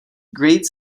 great